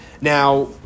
Now